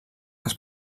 als